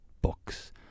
books